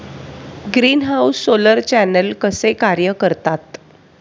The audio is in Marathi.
ग्रीनहाऊस सोलर चॅनेल कसे कार्य करतात?